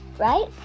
Right